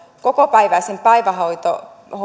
kokopäiväisen päivähoidon